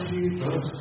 Jesus